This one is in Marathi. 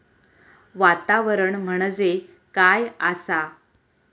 वातावरण म्हणजे काय आसा?